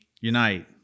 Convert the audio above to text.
Unite